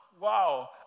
wow